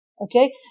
Okay